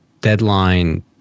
deadline